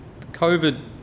COVID